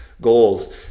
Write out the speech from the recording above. goals